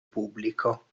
pubblico